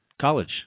College